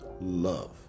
love